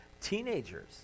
Teenagers